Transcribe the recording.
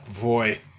boy